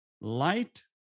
Light